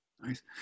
Nice